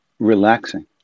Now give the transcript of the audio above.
Relaxing